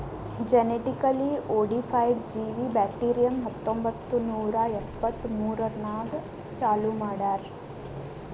genetically modified ಜೀವಿ bacterium ಹತ್ತೊಂಬತ್ತು ನೂರಾ ಎಪ್ಪತ್ಮೂರನಾಗ್ ಚಾಲೂ ಮಾಡ್ಯಾರ್